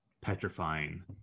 petrifying